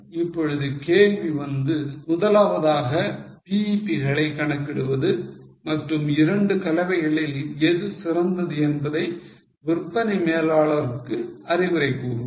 இப்பொழுது கேள்வி வந்து முதலாவதாக BEP களை கணக்கிடுவது மற்றும் இரண்டு கலவைகளில் எது சிறந்தது என்பதை விற்பனை மேலாளருக்கு அறிவுரை கூறுவது